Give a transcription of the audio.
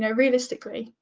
yeah realistically,